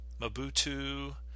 mabutu